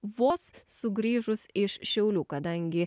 vos sugrįžus iš šiaulių kadangi